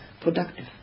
productive